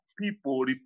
People